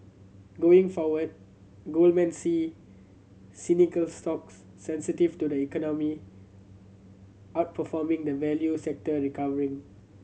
going forward Goldman see cyclical stocks sensitive to the economy outperforming the value sector recovering